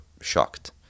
shocked